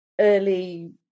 early